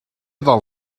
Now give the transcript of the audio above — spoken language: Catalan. del